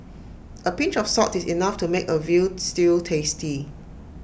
A pinch of salt is enough to make A Veal Stew tasty